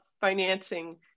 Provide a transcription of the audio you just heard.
financing